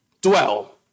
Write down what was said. dwell